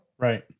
Right